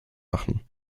machen